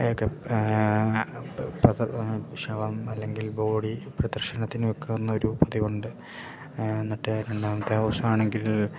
ഒക്കെ ശവം അല്ലെങ്കിൽ ബോഡി പ്രദർശനത്തിന് വെക്കുന്ന ഒരു പതിവുണ്ട് എന്നിട്ട് രണ്ടാമത്ത ദിവസം ആണെങ്കിൽ